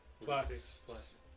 plus